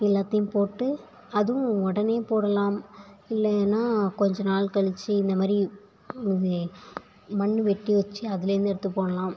எல்லாத்தையும் போட்டு அதுவும் உடனே போடலாம் இல்லைன்னா கொஞ்சம் நாள் கழிச்சி இந்தமாதிரி மண்ணு வெட்டி வச்சு அதுலேருந்து எடுத்து போடலாம்